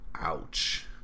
Ouch